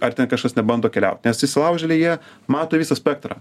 ar ten kažkas nebando keliaut nes įsilaužėliai jie mato visą spektrą